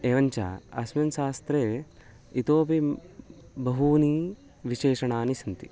एवञ्च अस्मिन् शास्त्रे इतोऽपि बहूनि विशेषणानि सन्ति